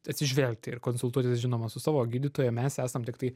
atsižvelgti ir konsultuotis žinoma su savo gydytoju o mes esam tiktai